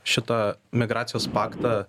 šitą migracijos paktą